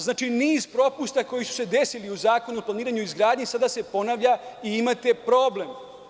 Znači, niz propusta koji su se desili u Zakonu o planiranju i izgradnji sada se ponavlja i imate problem.